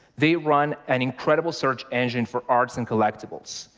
they run an incredible search engine for arts and collectibles.